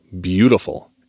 beautiful